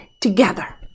together